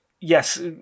yes